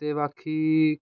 ਅਤੇ ਬਾਕੀ